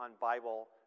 Bible